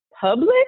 public